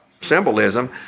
symbolism